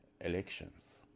elections